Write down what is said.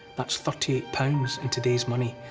that's thirty eight pounds in today's money.